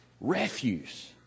refuse